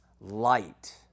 Light